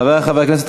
חברי חברי הכנסת,